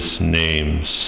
name's